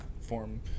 form